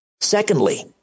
Secondly